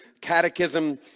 catechism